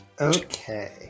Okay